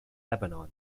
lebanon